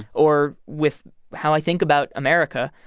or with how i think about america,